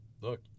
Look